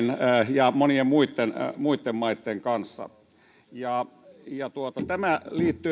ja monien muitten muitten maitten kanssa tämä